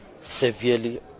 severely